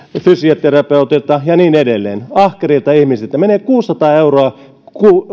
fysioterapeutilta ja niin edelleen ahkerilta ihmisiltä menee kuusisataa euroa